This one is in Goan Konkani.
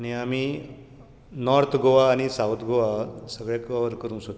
आनी आमी नॉर्थ गोवा आनी साउथ गोवा सगळें कवर करूंक सोदतात